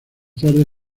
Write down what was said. tarde